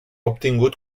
obtingut